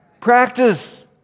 Practice